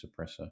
suppressor